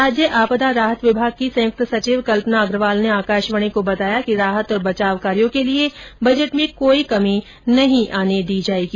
राज्य आपदा राहत विभाग की संयुक्त सचिव कल्पना अग्रवाल ने आकाशवाणी को बताया कि राहत और बचाव कार्यों के लिए बजट की कोई कमी नहीं आने दी जायेगी